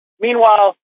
Meanwhile